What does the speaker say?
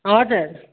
हजुर